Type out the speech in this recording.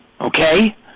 Okay